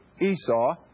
Esau